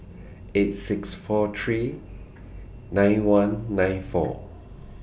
eight six four three nine one nine four